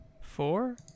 four